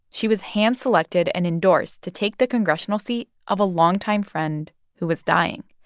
she was hand-selected and endorsed to take the congressional seat of a longtime friend who was dying.